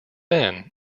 then